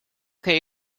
que